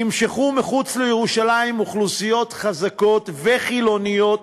ימשכו אל מחוץ לירושלים אוכלוסיות חזקות וחילוניות